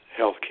healthcare